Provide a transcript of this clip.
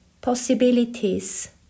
possibilities